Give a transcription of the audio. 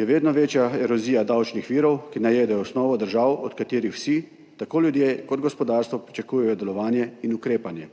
je vedno večja erozija davčnih virov, ki najedajo osnovo držav, od katerih vsi, tako ljudje kot gospodarstvo, pričakujejo delovanje in ukrepanje.